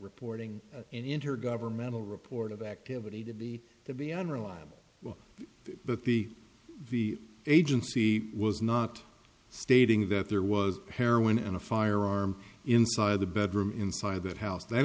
reporting an intergovernmental report of activity to be to be unreliable but the the agency was not stating that there was heroin and a firearm inside the bedroom inside that house that